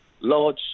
large